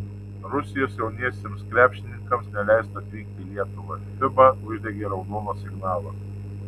rusijos jauniesiems krepšininkams neleista atvykti į lietuvą fiba uždegė raudoną signalą